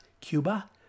Cuba